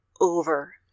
over